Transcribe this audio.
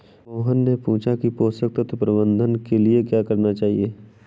मोहित ने पूछा कि पोषण तत्व प्रबंधन के लिए क्या करना चाहिए?